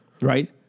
right